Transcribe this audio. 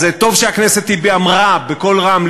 אז טוב שהכנסת אמרה בקול רם,